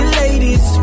ladies